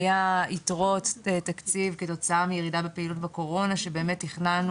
היו יתרות תקציב כתוצאה מירידה בפעילות בקורונה שבאמת תכננו